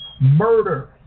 murder